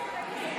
אל תצביעו.